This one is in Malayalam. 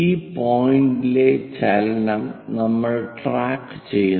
ഈ പോയിന്റിലെ ചലനം നമ്മൾ ട്രാക്കുചെയ്യുന്നു